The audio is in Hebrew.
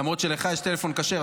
למרות שלך יש טלפון כשר,